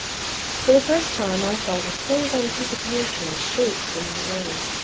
for the first time i felt a thrill of anticipation shoot through my veins.